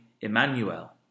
Emmanuel